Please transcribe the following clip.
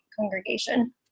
congregation